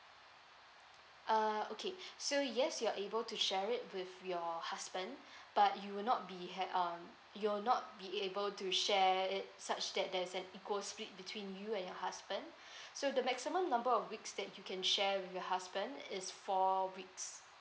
uh okay so yes you're able to share it with your husband but you will not be had um you will not be able to share it such that there's a equal split between you and your husband so the maximum number of weeks that you can share with your husband is four weeks